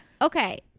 Okay